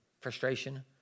frustration